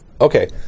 Okay